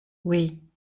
oui